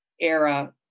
era